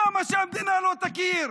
למה שהמדינה לא תכיר?